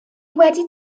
wedi